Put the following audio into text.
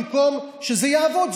במקום שזה יעבוד,